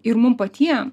ir mum patiem